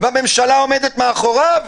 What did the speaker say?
והממשלה עומדת מאחוריו,